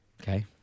Okay